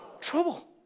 trouble